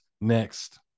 Next